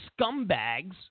scumbags